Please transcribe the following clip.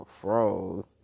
froze